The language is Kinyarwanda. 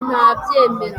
ntabyemera